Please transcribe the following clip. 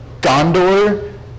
Gondor